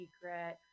secret